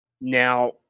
Now